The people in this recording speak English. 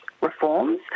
reforms